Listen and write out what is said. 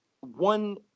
one